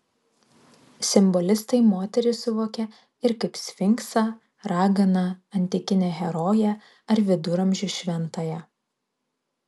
simbolistai moterį suvokė ir kaip sfinksą raganą antikinę heroję ar viduramžių šventąją